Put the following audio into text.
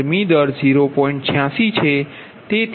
86MkCal MWHr દ્વારા આપવામાં આવે છે